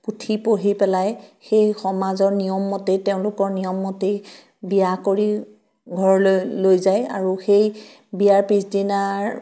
পুথি পঢ়ি পেলাই সেই সমাজৰ নিয়মমতেই তেওঁলোকৰ নিয়মমতেই বিয়া কৰি ঘৰলৈ লৈ যায় আৰু সেই বিয়াৰ পিছদিনাৰ